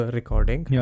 recording